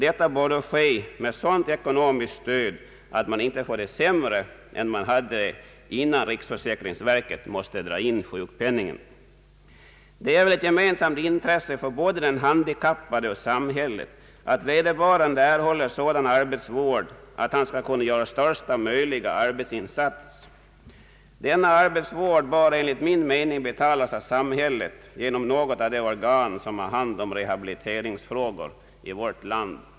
Detta bör då ske med sådant ekonomiskt stöd att man inte får det sämre än man hade innan riksförsäkringsverket måste dra in sjukpenningen. Det är väl ett gemensamt intresse för de handikappade och samhället att vederbörande erhåller sådan arbetsvård att han kan göra största möjliga arbetsinsats. Denna arbetsvård bör enligt min mening betalas av samhället genom något av de organ som har hand om rehabiliteringsfrågor i vårt land.